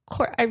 Court